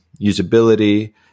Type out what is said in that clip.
usability